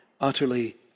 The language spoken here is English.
utterly